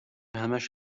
همش